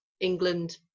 England